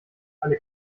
alle